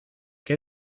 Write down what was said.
qué